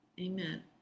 Amen